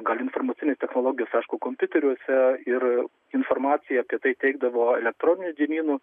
gal informacinės technologijos aišku kompiuteriuose ir informacija apie tai teikdavo elektroniniu dienynu